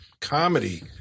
comedy